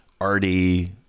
arty